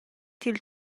dil